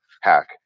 hack